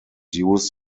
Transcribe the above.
use